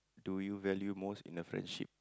do you value most in a friendship